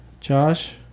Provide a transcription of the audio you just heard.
Josh